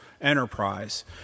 enterprise